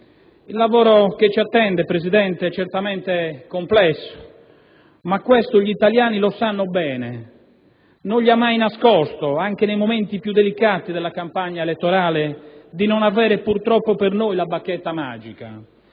Il lavoro che ci attende, Presidente, è certamente complesso, ma questo gli italiani lo sanno bene; lei infatti non ha mai nascosto, anche nei momenti più delicati della campagna elettorale, di non avere, purtroppo per noi, la bacchetta magica.